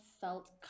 felt